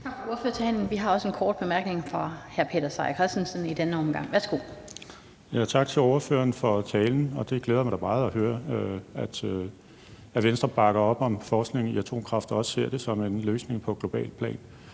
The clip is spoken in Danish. Tak for ordførertalen. Vi har også en kort bemærkning fra hr. Peter Seier Christensen i denne omgang. Værsgo. Kl. 16:42 Peter Seier Christensen (NB): Tak til ordføreren for talen. Det glæder mig da meget at høre, at Venstre bakker op om forskning i atomkraft og også ser det som en løsning på globalt plan.